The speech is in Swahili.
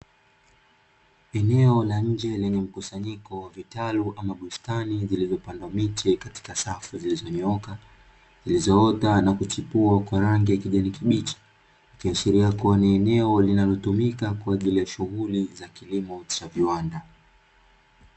Eneo la nje lenye mkusanyiko wa vitalu ama bustani zilizopandwa miche katika safu zilizonyooka, zilizoota na kuchipua kwa rangi ya kijani kibichi. Ikiashiria kuwa ni eneo linalotumika kwa ajili ya shughuli za kilimo cha viwanda.